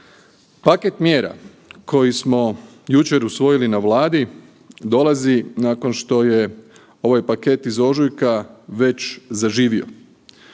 Paket mjera koji smo jučer usvojili na Vladi dolazi nakon što je ovaj paket iz ožujka već zaživio.